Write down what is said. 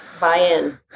buy-in